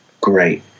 great